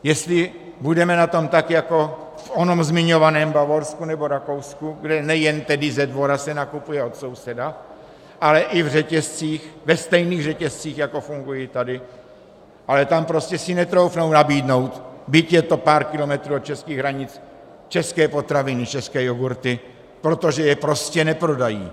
Jestli budeme na tom tak jako v onom zmiňovaném Bavorsku nebo Rakousku, kde nejen ze dvora se nakupuje od souseda, ale i v řetězcích, ve stejných řetězcích, jako fungují tady, ale tam si netroufnou nabídnout, byť je to pár kilometrů od českých hranic, české potraviny, české jogurty, protože je prostě neprodají.